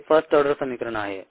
हे first order समीकरण आहे